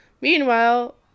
Meanwhile